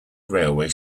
railway